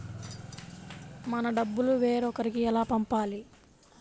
మన డబ్బులు వేరొకరికి ఎలా పంపాలి?